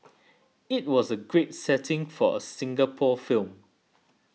it was a great setting for a Singapore film